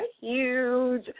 huge